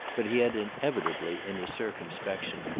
but he had inevitably, in his circumspection,